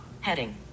Heading